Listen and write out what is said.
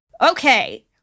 okay